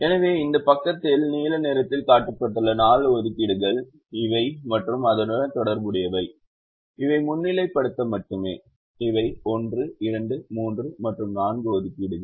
எனவே இந்த பக்கத்தில் நீல நிறத்தில் காட்டப்பட்டுள்ள 4 ஒதுக்கீடுகள் இவை மற்றும் அதனுடன் தொடர்புடையவை இவை முன்னிலைப்படுத்த மட்டுமே இவை 1 2 3 மற்றும் 4 ஒதுக்கீடுகள்